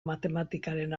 matematikaren